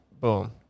Boom